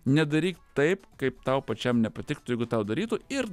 nedaryk taip kaip tau pačiam nepatiktų jeigu tau darytų ir